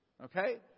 okay